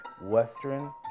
Western